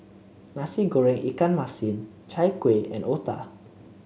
Nasi Goreng Ikan Masin Chai Kueh and otah